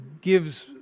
gives